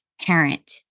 parent